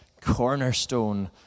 cornerstone